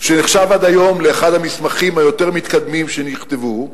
שנחשב עד היום לאחד המסמכים היותר מתקדמים שנכתבו,